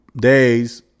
days